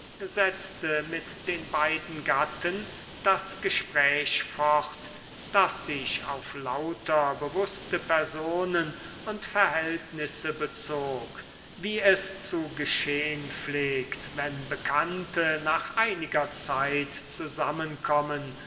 setzte mit den beiden gatten das gespräch fort das sich auf lauter bewußte personen und verhältnisse bezog wie es zu geschehn pflegt wenn bekannte nach einiger zeit zusammenkommen